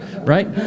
Right